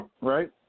Right